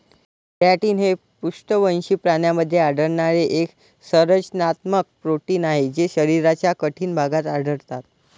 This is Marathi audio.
केराटिन हे पृष्ठवंशी प्राण्यांमध्ये आढळणारे एक संरचनात्मक प्रोटीन आहे जे शरीराच्या कठीण भागात आढळतात